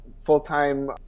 full-time